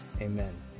Amen